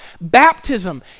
Baptism